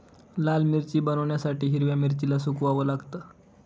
लाल मिरची बनवण्यासाठी हिरव्या मिरचीला सुकवाव लागतं